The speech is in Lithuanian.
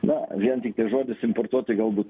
na vien tiktai žodis importuoti galbūt